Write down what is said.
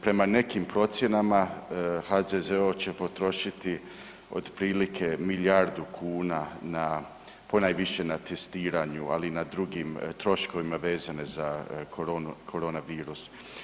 Prema nekim procjenama HZZO će potrošiti otprilike milijardu kuna ponajviše na testiranju, ali i na drugim troškovima vezane za korona virus.